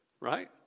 right